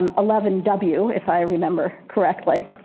um eleven w, if i remember correctly,